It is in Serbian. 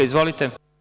Izvolite.